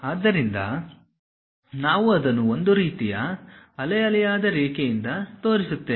ಆದ್ದರಿಂದ ನಾವು ಅದನ್ನು ಒಂದು ರೀತಿಯ ಅಲೆಅಲೆಯಾದ ರೇಖೆಯಿಂದ ತೋರಿಸುತ್ತೇವೆ